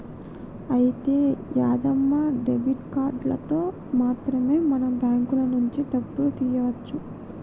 అయితే యాదమ్మ డెబిట్ కార్డులతో మాత్రమే మనం బ్యాంకుల నుంచి డబ్బులు తీయవచ్చు